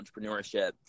entrepreneurship